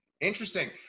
Interesting